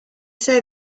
say